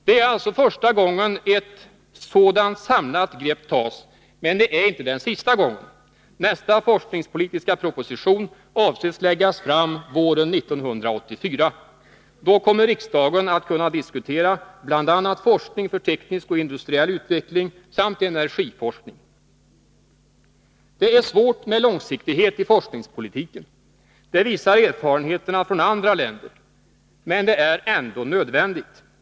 Det är alltså första gången ett sådant samlat grepp tas, men det är inte den sista. Nästa forskningspolitiska proposition avses bli framlagd våren 1984. Då kommer riksdagen att kunna diskutera forskning bl.a. för teknisk och industriell utveckling samt energiforskning. Det är svårt med långsiktighet i forskningspolitiken — det visar erfarenheterna från andra länder. Men det är ändå nödvändigt.